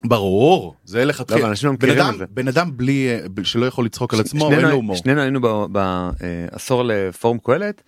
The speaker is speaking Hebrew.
ברור זה לך בנאדם בלי שלא יכול לצחוק על עצמו, אין לו הומור. שנינו היינו בעשור לפורום קהלת